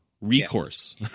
recourse